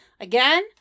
Again